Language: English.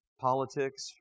politics